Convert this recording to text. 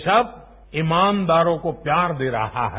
देश अब ईमानदारों को प्यार दे रहा है